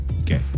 Okay